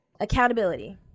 Accountability